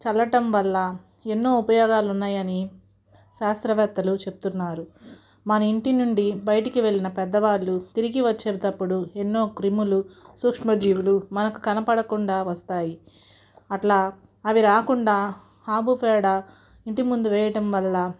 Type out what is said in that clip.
చల్లటం వల్ల ఎన్నో ఉపయోగాలు ఉన్నాయని శాస్త్రవేత్తలు చెప్తున్నారు మన ఇంటి నుండి బయటికి వెళ్ళిన పెద్దవాళ్ళు తిరిగి వచ్చేటప్పుడు ఎన్నో క్రిములు సూక్ష్మజీవులు మనకు కనపడకుండా వస్తాయి అట్లా అవి రాకుండా ఆవుపేడ ఇంటి ముందు వేయటం వల్ల